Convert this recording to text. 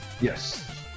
Yes